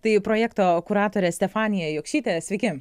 tai projekto kuratorė stefanija jokštytė sveiki